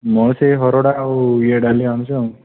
ମୁଁ ସେଇ ହରଡ଼ ଆଉ ଇଏ ଡାଲି ଆଣୁଛି ଆଉ